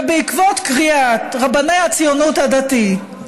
ובעקבות קריאת רבני הציונות הדתית,